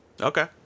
Okay